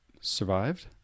survived